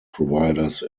providers